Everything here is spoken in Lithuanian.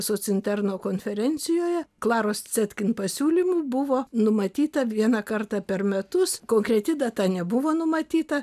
socinterno konferencijoje klaros cetkin pasiūlymu buvo numatyta vieną kartą per metus konkreti data nebuvo numatyta